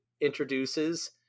introduces